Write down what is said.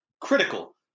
critical